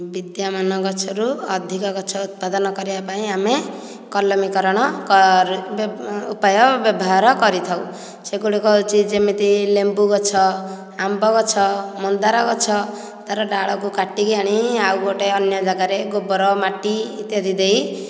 ବିଦ୍ୟମାନ ଗଛରୁ ଅଧିକ ଗଛ ଉତ୍ପାଦନ କରିବା ପାଇଁ ଆମେ କଲମୀ କାରଣ ଉପାୟ ବ୍ୟବହାର କରିଥାଉ ସେଗୁଡିକ ହେଉଛି ଯେମିତି ଲେମ୍ବୁ ଗଛ ଆମ୍ବ ଗଛ ମନ୍ଦାର ଗଛ ତାର ଦଳକୁ କେତିକି ଆଣି ଆଉ ଗୋଟିଏ ଅନ୍ୟ ଜାଗାରେ ଗୋବର ମାଟି ଇତ୍ୟାଦି ଦେଇ